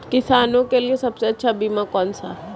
किसानों के लिए सबसे अच्छा बीमा कौन सा है?